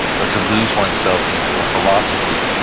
or to lose oneself into a philosophy,